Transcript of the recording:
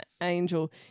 Angel